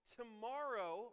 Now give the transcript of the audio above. tomorrow